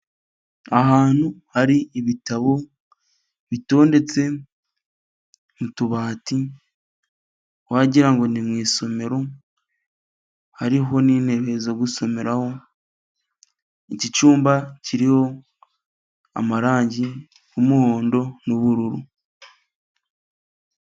Ahantu hari ibitabo bitondetse mu tubati wagirango ni mu isomero, hariho n'intebe zo gusomeho iki cyumba kiriho amarangi y'umuhondo n'ubururu.